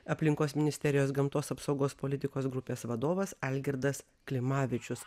aplinkos ministerijos gamtos apsaugos politikos grupės vadovas algirdas klimavičius